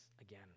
again